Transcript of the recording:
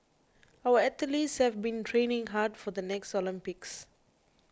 our athletes have been training hard for the next Olympics